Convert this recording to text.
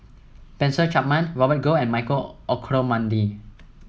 Spencer Chapman Robert Goh and Michael Olcomendy